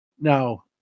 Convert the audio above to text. Now